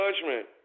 judgment